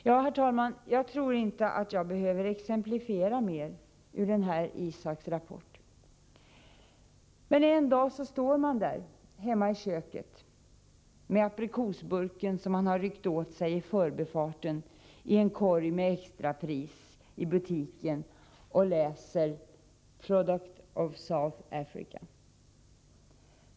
Ja, herr talman, jag tror inte jag behöver anföra flera exempel ur ISAK:s rapport. Men en dag står man själv där hemma i köket med aprikosburken som man ryckt åt sig i förbifarten i en korg med varor till extrapris i butiken och läser på burken ”Product of South Africa”.